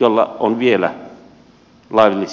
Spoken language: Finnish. jolla on vielä laillisia normaaleja tuloja